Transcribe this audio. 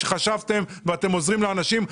שחשבתם על זה ושאתם עוזרים לאנשים,